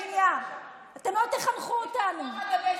אתם לא תקראו לנו "בוגדים",